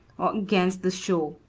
or against the shore.